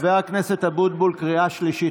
חבר הכנסת אבוטבול, קריאה שלישית.